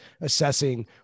assessing